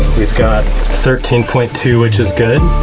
we've got thirteen point two, which is good.